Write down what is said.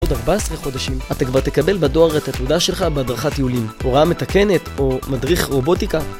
בעוד 14 חודשים אתה כבר תקבל בדואר את התעודה שלך בהדרכת טיולים, הוראה מתקנת או מדריך רובוטיקה